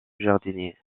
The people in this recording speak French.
jardinier